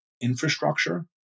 infrastructure